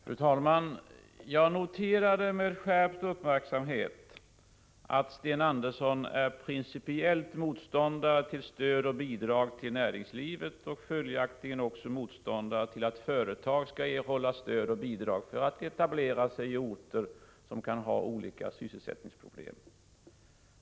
Fru talman! Jag noterade med skärpt uppmärksamhet att Sten Andersson i Malmö är principiell motståndare till stöd och bidrag till näringslivet och följaktligen också motståndare till att företag skall erhålla stöd och bidrag för att etablera sig i orter som kan ha olika sysselsättningsproblem.